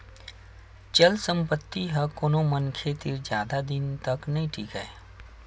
चल संपत्ति ह कोनो मनखे तीर जादा दिन तक नइ टीकय